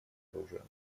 оружия